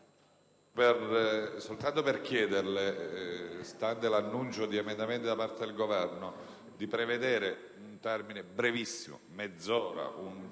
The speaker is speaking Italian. soltanto per chiederle, stante l'annuncio di emendamenti da parte del Governo, di prevedere un termine brevissimo, magari di mezz'ora,